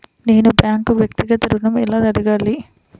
నేను బ్యాంక్ను వ్యక్తిగత ఋణం ఎలా అడగాలి?